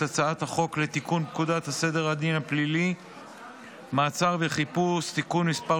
הצעת החוק לתיקון פקודת סדר הדין הפלילי (מעצר וחיפוש) (תיקון מס'